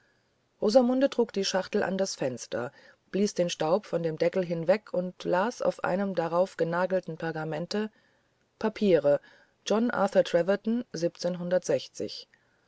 rosamunde trug die schachtel an das fenster blies den staub von dem deckel hinweg und las auf einem darauf genagelten pergamente papiere john arthur treverton